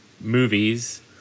movies